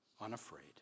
unafraid